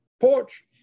porch